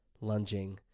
lunging